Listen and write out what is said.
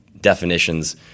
definitions